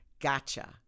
gotcha